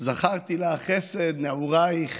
זכרתי לך חסד נעוריך